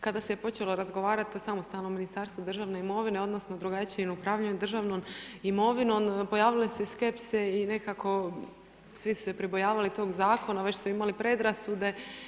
Kada se počelo razgovarati o samostalnom Ministarstvu državne imovine odnosno drugačijem upravljanju državnom imovinom pojavile su se i skepse i nekako svi su se pribojavali tog zakona, već su imali predrasude.